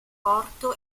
porto